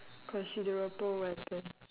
considerable weapon